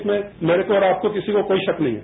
इसमें मेरे को और आपको किसी को कोई शक नहीं है